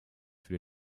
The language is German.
für